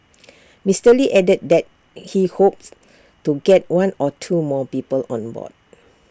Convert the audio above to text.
Mister lee added that he hopes to get one or two more people on board